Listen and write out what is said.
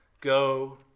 go